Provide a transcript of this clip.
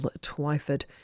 Twyford